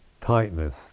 tightness